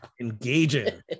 engaging